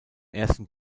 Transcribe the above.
ersten